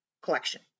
collection